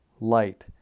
light